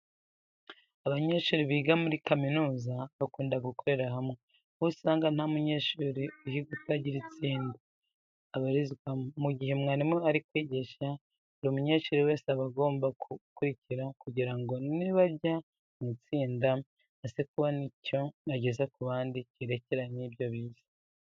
Abanyeshuri biga muri kaminuza bakunda gukorera hamwe, aho usanga nta munyeshuri uhiga utagira itsinda abarizwamo. Mu gihe mwarimu ari kwigisha buri munyeshuri wese aba agomba gukurikira kugira ngo nibajya mu itsinda aze kubona icyo ageza ku bandi cyerekeranye n'ibyo bize.